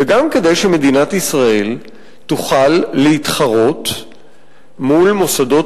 וגם כדי שמדינת ישראל תוכל להתחרות מול מוסדות